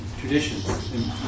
traditions